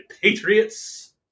Patriots